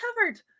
covered